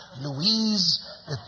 Louise